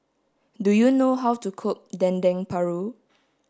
do you know how to cook Dendeng Paru